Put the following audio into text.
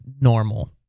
normal